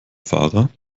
fahrer